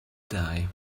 die